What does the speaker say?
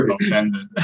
offended